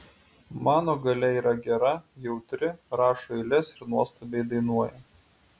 mano galia yra gera jautri rašo eiles ir nuostabiai dainuoja